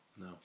No